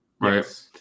right